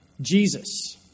Jesus